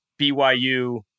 BYU